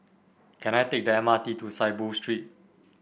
can I take the M R T to Saiboo Street